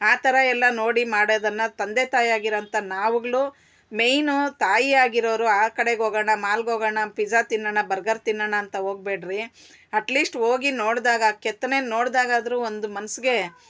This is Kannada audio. ಆ ಥರ ಎಲ್ಲ ನೋಡಿ ಮಾಡೋದನ್ನು ತಂದೆ ತಾಯಿ ಆಗಿರೊಂಥ ನಾವುಗಳು ಮೇಯ್ನು ತಾಯಿ ಆಗಿರೋರು ಆ ಕಡೆಗೆ ಹೋಗೋಣ ಮಾಲ್ಗೆ ಹೋಗೋಣ ಫಿಜ್ಜಾ ತಿನ್ನೋಣ ಬರ್ಗರ್ ತಿನ್ನೋಣ ಅಂತ ಹೋಗ್ಬೇಡ್ರಿ ಅಟ್ಲೀಸ್ಟ್ ಹೋಗಿ ನೋಡಿದಾಗ ಆ ಕೆತ್ತನೆ ನೋಡಿದಾಗಾದ್ರೂ ಒಂದು ಮನ್ಸಿಗೆ